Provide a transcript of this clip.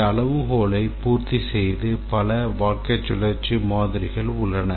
இந்த அளவுகோலை பூர்த்தி செய்து பல வாழ்க்கை சுழற்சி மாதிரிகள் உள்ளன